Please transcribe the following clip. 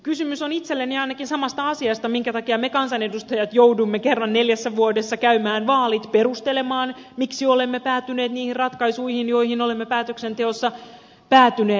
kysymys on itselleni ainakin samasta asiasta minkä takia me kansanedustajat joudumme kerran neljässä vuodessa käymään vaalit perustelemaan miksi olemme päätyneet niihin ratkaisuihin joihin olemme päätöksenteossa päätyneet